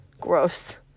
gross